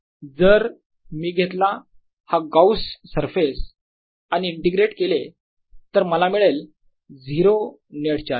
जर मी घेतला हा गॉस सरफेस आणि इंटिग्रेट केले तर मला मिळेल 0 नेट चार्जेस